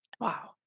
Wow